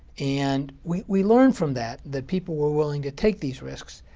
and we we learned from that that people were willing to take these risks,